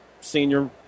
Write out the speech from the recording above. senior